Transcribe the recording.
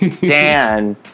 Dan